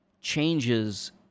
changes